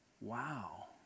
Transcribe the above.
Wow